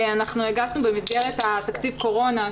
אנחנו הגשנו במסגרת תקציב ק ורונה,